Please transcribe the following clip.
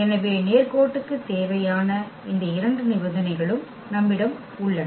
எனவே நேர்கோட்டுக்கு தேவையான இந்த இரண்டு நிபந்தனைகளும் நம்மிடம் உள்ளன